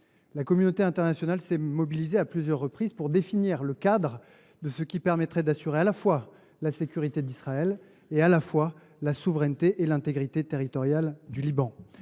La communauté internationale s’est mobilisée à plusieurs reprises pour définir le cadre qui permettrait d’assurer à la fois la sécurité d’Israël et la souveraineté et l’intégrité territoriale du Liban.